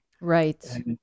Right